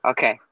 Okay